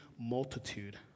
multitude